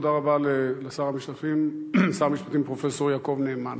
תודה רבה לשר המשפטים פרופסור יעקב נאמן.